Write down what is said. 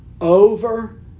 over